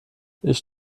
ich